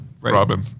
Robin